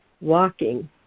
walking